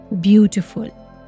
beautiful